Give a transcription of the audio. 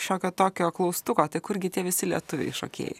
šiokio tokio klaustuko tai kurgi tie visi lietuviai šokėjai